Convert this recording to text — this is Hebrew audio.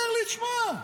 אומר לי, תשמע,